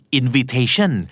invitation